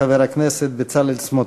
חבר הכנסת בצלאל סמוטריץ.